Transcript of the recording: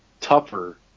tougher